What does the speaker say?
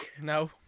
No